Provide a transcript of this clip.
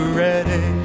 ready